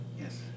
Yes